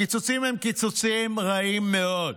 הקיצוצים הם קיצוצים רעים מאוד.